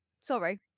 Sorry